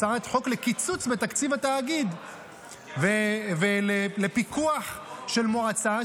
הצעת חוק לקיצוץ בתקציב התאגיד ולפיקוח של מועצה,